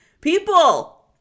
people